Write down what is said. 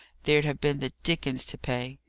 there'd have been the dickens to pay.